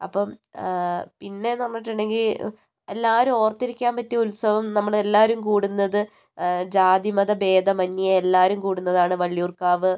അപ്പം പിന്നെ എന്ന് പറഞ്ഞിട്ടുണ്ടെങ്കിൽ എല്ലാവരും ഓർത്തിരിക്കാൻ പറ്റിയ ഉത്സവം നമ്മൾ എല്ലാവരും കൂടുന്നത് ജാതി മത ഭേദമന്യേ എല്ലാവരും കൂടുന്നതാണ് വള്ളിയൂർക്കാവ്